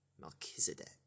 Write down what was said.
Melchizedek